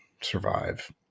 survive